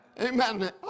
Amen